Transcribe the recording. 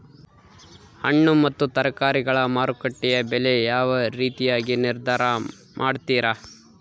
ಹಣ್ಣು ಮತ್ತು ತರಕಾರಿಗಳ ಮಾರುಕಟ್ಟೆಯ ಬೆಲೆ ಯಾವ ರೇತಿಯಾಗಿ ನಿರ್ಧಾರ ಮಾಡ್ತಿರಾ?